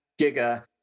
Giga